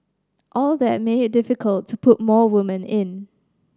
all that made it difficult to put more women in